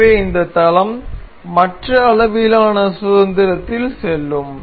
எனவே இந்த தளம் மற்ற அளவிலான சுதந்திரத்தில் செல்லும்